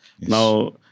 Now